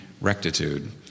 rectitude